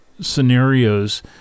scenarios